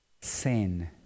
sin